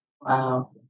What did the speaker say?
Wow